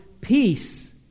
peace